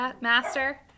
master